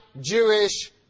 Jewish